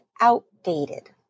outdated